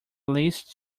least